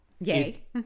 Yay